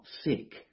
sick